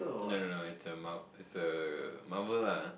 no no no it's a mar~ it's a Marvel lah